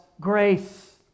grace